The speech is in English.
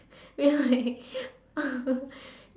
we are like